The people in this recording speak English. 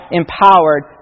empowered